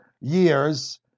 years